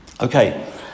Okay